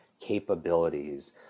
capabilities